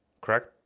correct